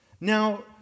Now